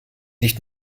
nicht